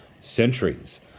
centuries